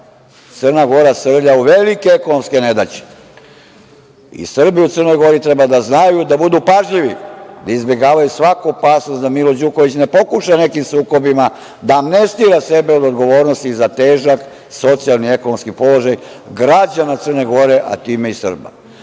Crna Gora srlja u velike ekonomske nedaće. Srbi u Crnoj Gori treba da znaju, da budu pažljivi, da izbegavaju svaku opasnost da Milo Đukanović ne pokuša nekim sukobima da amnestira sebe od odgovornosti za težak socijalni ekonomski položaj građana Crne Gore, a time i